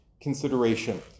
consideration